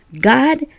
God